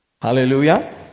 Hallelujah